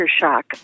shock